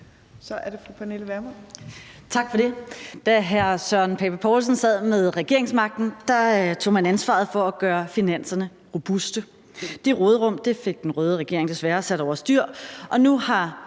Så er det fru Pernille Vermund.